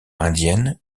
indienne